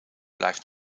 blijft